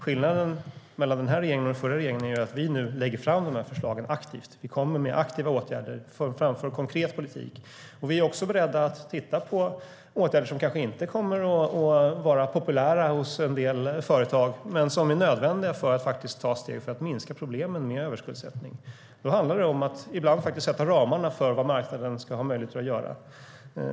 Skillnaden mellan den här regeringen och den förra regeringen är att vi nu lägger fram de här förslagen aktivt. Vi kommer med aktiva åtgärder och framför konkret politik. Vi är också beredda att titta på åtgärder som kanske inte kommer att vara populära hos en del företag, men som är nödvändiga för att ta steg för att minska problemen med överskuldsättning. Då handlar det om att ibland faktiskt sätta ramarna för vad marknaden ska ha möjligheter att göra.